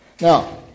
Now